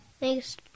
Thanks